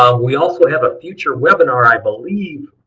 um we also have a future webinar, i believe,